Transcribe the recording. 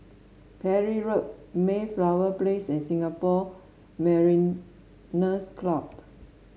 Parry Road Mayflower Place and Singapore Mariners' Club